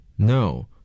No